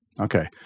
Okay